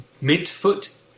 mid-foot